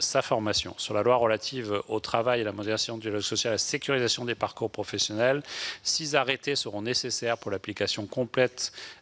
ce qui concerne la loi relative au travail, à la modernisation du dialogue social et à la sécurisation des parcours professionnels, 6 arrêtés seront nécessaires pour l'application complète